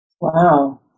Wow